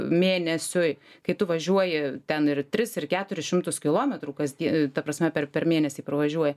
mėnesiui kai tu važiuoji ten ir tris ir keturis šimtus kilometrų kasdie ta prasme per per mėnesį pravažiuoji